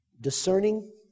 discerning